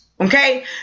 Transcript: Okay